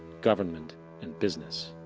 government and business.